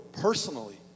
personally